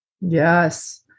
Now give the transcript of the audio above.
Yes